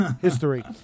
history